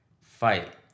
fight